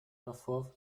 davor